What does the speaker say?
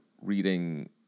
reading